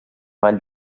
ball